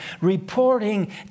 reporting